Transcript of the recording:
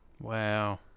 Wow